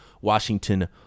Washington